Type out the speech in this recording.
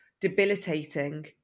debilitating